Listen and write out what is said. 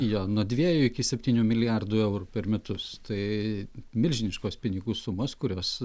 jo nuo dviejų iki septynių milijardų eurų per metus tai milžiniškos pinigų sumos kurios